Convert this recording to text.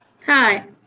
Hi